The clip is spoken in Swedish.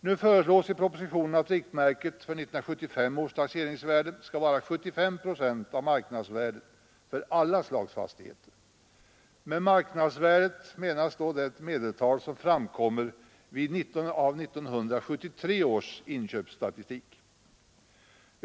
Nu föreslås i propositionen att riktmärket för 1975 års taxeringsvärde skall vara 75 procent av marknadsvärdet för alla slags fastigheter. Med marknadsvärde menas då det medeltal som framkommer av 1973 års inköpsstatistik.